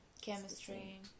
Chemistry